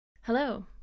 Hello